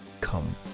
come